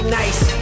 nice